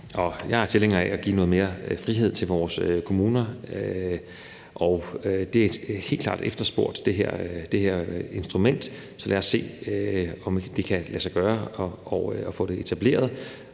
Jeg er tilhænger af at give noget mere frihed til vores kommuner, og det her instrument er helt klart efterspurgt. Så lad os se, om ikke det kan lade sig gøre at få det etableret,